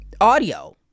Audio